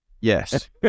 Yes